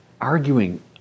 arguing